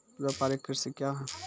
व्यापारिक कृषि क्या हैं?